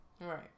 Right